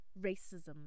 racism